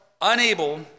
unable